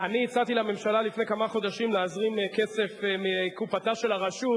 אני הצעתי לממשלה לפני כמה חודשים להזרים כסף לקופתה של הרשות